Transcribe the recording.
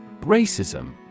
Racism